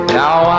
now